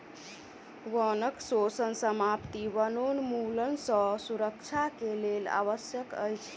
वनक शोषण समाप्ति वनोन्मूलन सँ सुरक्षा के लेल आवश्यक अछि